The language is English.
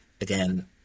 again